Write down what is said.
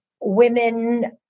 women